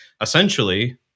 Essentially